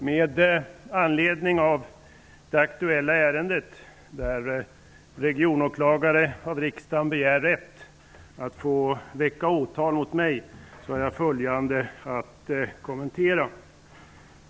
Herr talman! Med anledning av det aktuella ärendet, där regionåklagare av riksdagen begär rätt att få väcka åtal mot mig har jag följande att kommentera.